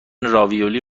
راویولی